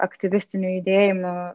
aktyvesnių judėjimų